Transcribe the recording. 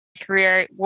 career